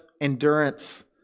endurance